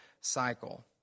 cycle